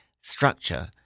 structure